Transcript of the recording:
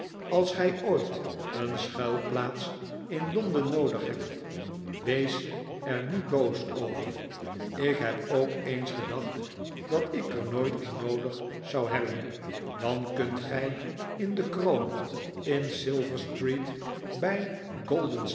als gij ooit een schuilplaats in londen noodig hebt wees er niet boos over ik heb ook eens gedacht dat ik er nooit een noodig zou hebben dan kunt gij in de kroon in silver street bij